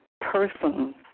persons